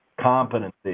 competency